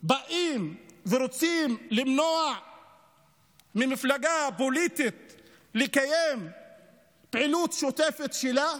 באים ורוצים למנוע ממפלגה פוליטית לקיים פעילות שוטפת שלה.